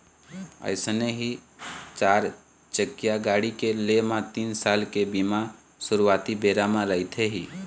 अइसने ही चारचकिया गाड़ी के लेय म तीन साल के बीमा सुरुवाती बेरा म रहिथे ही